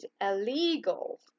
illegal